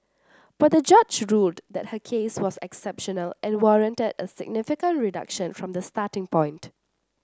but the judge ruled that her case was exceptional and warranted a significant reduction from the starting point